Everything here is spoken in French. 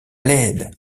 l’aide